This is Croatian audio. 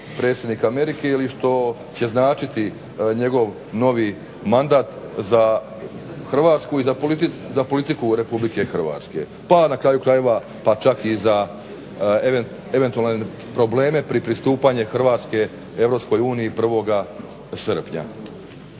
predsjednik Amerike ili što će značiti njegov novi mandat za Hrvatsku i za politiku Republike Hrvatske pa na kraju krajeva pa čak i za eventualne probleme pri pristupanju Hrvatske EU 1. srpnja.